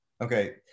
Okay